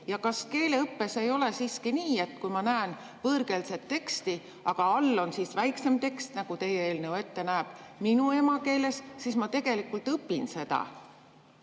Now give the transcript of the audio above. Kas keeleõppes ei ole siiski nii, et kui ma näen võõrkeelset teksti, aga all on väiksem tekst, nagu teie eelnõu ette näeb, minu emakeeles, siis ma tegelikult õpin seda